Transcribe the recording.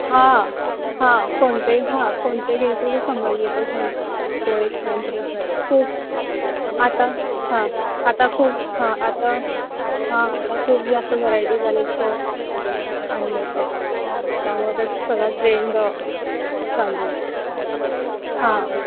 हां हां कोणते हां कोणते घ्यायचे ते समजतच नाही तो एक मेन प्रश्न खूप आता हां आता खूप हां आता हां आता खूप जास्त व्हरायटीज आल्या आहेत सो आणि त्यामुळं त्याचं सगळा ट्रेंड चालू असतो हां